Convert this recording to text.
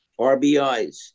RBIs